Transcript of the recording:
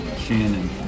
Shannon